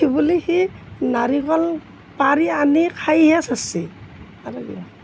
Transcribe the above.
এইবুলি সি নাৰিকল পাৰি আনি খাইহে চাইছে